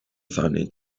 sahneye